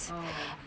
oh